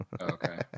Okay